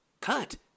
cut